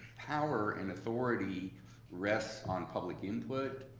power and authority rests on public input,